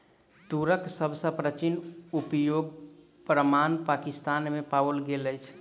तूरक सभ सॅ प्राचीन उपयोगक प्रमाण पाकिस्तान में पाओल गेल अछि